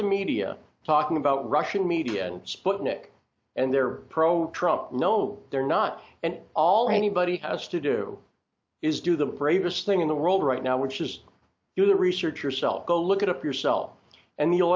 the media talking about russian media sputnik and their pro trump no they're not and all anybody has to do is do the bravest thing in the world right now which is do the research yourself go look it up yourself and you